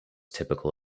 typical